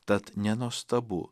tad nenuostabu